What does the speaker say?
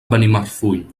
benimarfull